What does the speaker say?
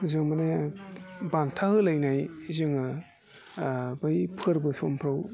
जों माने बान्था होलायनाय जोङो बै फोरबो समफ्राव